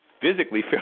physically